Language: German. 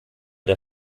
der